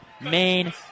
main